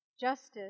justice